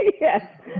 yes